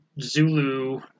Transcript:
Zulu